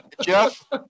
Jeff